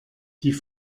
die